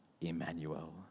Emmanuel